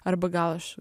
arba gal aš